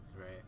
right